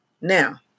Now